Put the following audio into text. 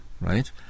right